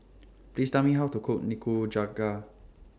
Please Tell Me How to Cook Nikujaga